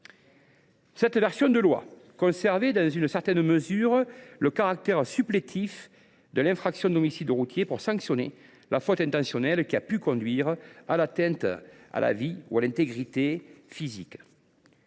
proposition de loi conservait, dans une certaine mesure, un caractère supplétif à l’infraction d’homicide routier, pour sanctionner d’abord la faute intentionnelle qui a pu conduire à l’atteinte à la vie ou à l’intégrité physique.